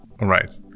right